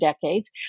decades